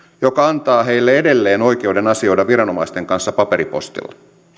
joka antaa heille edelleen oikeuden asioida viranomaisten kanssa paperipostilla